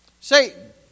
Satan